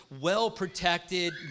well-protected